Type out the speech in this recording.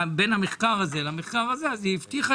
בין המחקר הזה למחקר הזה והיא הבטיחה